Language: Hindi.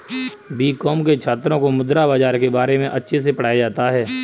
बीकॉम के छात्रों को मुद्रा बाजार के बारे में अच्छे से पढ़ाया जाता है